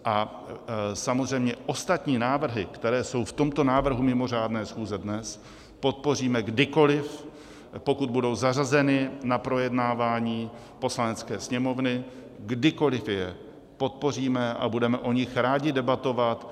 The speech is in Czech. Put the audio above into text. A samozřejmě ostatní návrhy, které jsou v tomto návrhu mimořádné schůze dnes, podpoříme kdykoliv, pokud budou zařazeny na projednávání Poslanecké sněmovny, kdykoliv je podpoříme a budeme o nich rádi debatovat.